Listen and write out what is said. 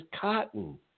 cotton